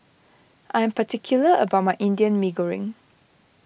I am particular about my Indian Mee Goreng